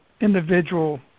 individual